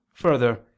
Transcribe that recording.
further